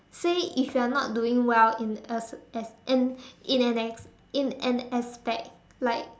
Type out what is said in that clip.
say if you are not doing well in a an in an as~ in an aspect like